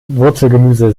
wurzelgemüse